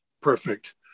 Perfect